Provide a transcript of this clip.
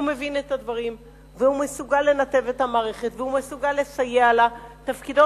והוא מבין את הדברים והוא מסוגל לנתב את המערכת והוא מסוגל לסייע לה.